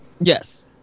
yes